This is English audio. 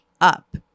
up